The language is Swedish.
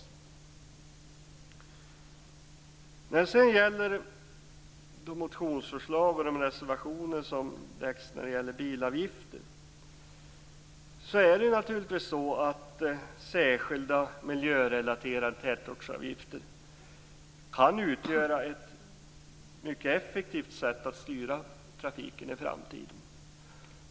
När det sedan gäller de motionsförslag och reservationer som lämnats om bilavgifter kan särskilda miljörelaterade tätorstavgifter utgöra ett mycket effektivt sätt att styra trafiken i framtiden.